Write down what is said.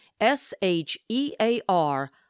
S-H-E-A-R